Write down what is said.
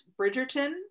bridgerton